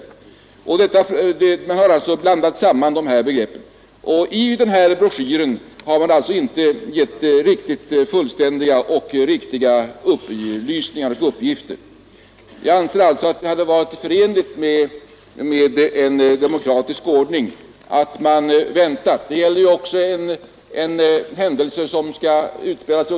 Man har blandat samman begreppen, och i den här broschyren ges alltså inte fullständiga och riktiga upplysningar. Jag anser att det hade varit förenligt med en demokratisk ordning att ungdomsrådet hade väntat med att ge ut broschyren.